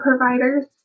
providers